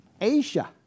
Asia